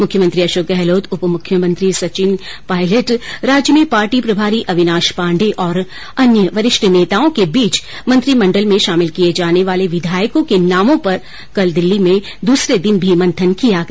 मुख्यमंत्री अशोक गहलोत उप मुख्यमंत्री सचिन पायलट राज्य में पार्टी प्रभारी अविनाश पांडे और अन्य वरिष्ठ नेताओं के बीच मंत्रिमंडल में शामिल किए जाने वाले विधायकों के नामों पर कल दिल्ली में दूसरे दिन भी मंथन किया गया